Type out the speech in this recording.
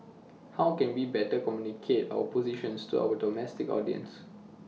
how can we better communicate our positions to our domestic audience